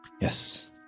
Yes